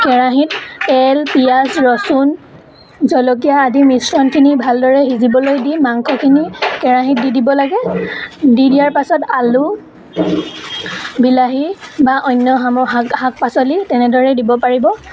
কেৰাহীত তেল পিঁয়াজ ৰচুন জলকীয়া আদি মিশ্ৰণখিনি ভালদৰে সিজিবলৈ দি মাংসখিনি কেৰাহীত দি দিব লাগে দি দিয়াৰ পাছত আলু বিলাহী বা অন্য সাম শাক শাক পাচলি তেনেদৰেই দিব পাৰিব